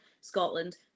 Scotland